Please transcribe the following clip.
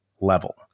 level